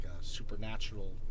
supernatural